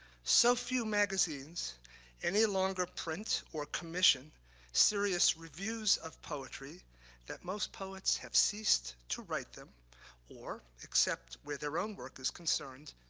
so few magazines any longer print or commission serious reviews of poetry that most poets have ceased to write them or, except where their own work is concerned,